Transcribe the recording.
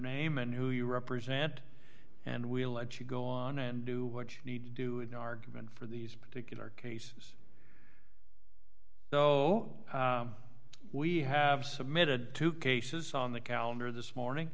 name and who you represent and we'll let you go on and do what you need to do in argument for these particular cases so we have submitted two cases on the calendar this morning